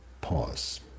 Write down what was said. Pause